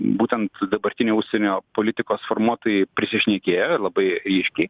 būtent dabartiniai užsienio politikos formuotojai prisišnekėjo ir labai ryškiai